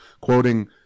quoting